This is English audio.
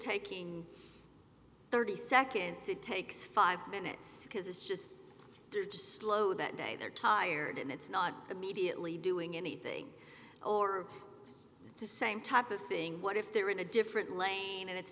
taking thirty seconds it takes five minutes because it's just they're just slow that day they're tired and it's not immediately doing anything or to same type of thing what if they're in a different lane and it's